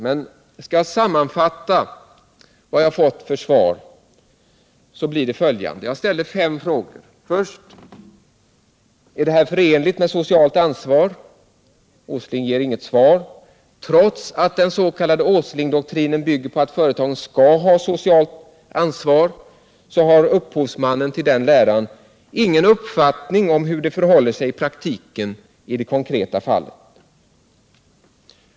Men skall jag sammanfatta vad jag fått för svar, så blir det följande. Jag ställde fem frågor. Den första var: Är detta förenligt med det sociala ansvaret? Åsling ger inget svar. Trots att den s.k. Åslingdoktrinen bygger på att företagen skall ta socialt ansvar, har upphovsmannen till den läran ingen uppfattning om hur det kan förhålla sig i praktiken i det konkreta fallet.